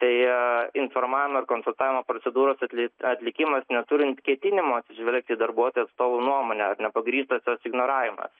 tai informavimo ir konsultavimo procedūros atlik atlikimas neturint ketinimo atsižvelgti į darbuotojų atstovų nuomonę ar nepagrįstas tas ignoravimas